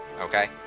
Okay